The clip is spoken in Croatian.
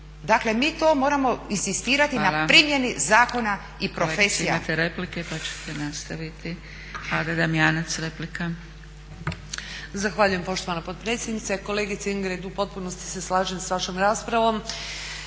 Dakle mi to moramo inzistirati na primjeni zakon i profesija.